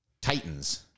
Titans